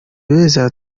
beza